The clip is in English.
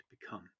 become